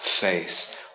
face